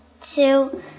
two